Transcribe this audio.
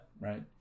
Right